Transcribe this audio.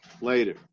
later